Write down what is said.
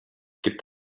gibt